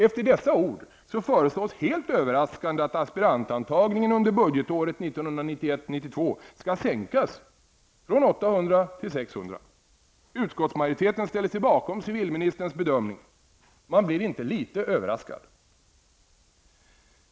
Efter dessa ord föreslås helt överraskande beträffande aspirantantagningen under budgetåret Utskottsmajoriteten ställer sig bakom civilministerns bedömning. Man blir inte litet överraskad.